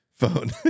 phone